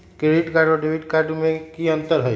Credit card और debit card में की अंतर हई?